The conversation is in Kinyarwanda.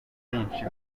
byinshi